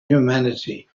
humanity